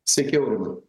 sveiki aurimai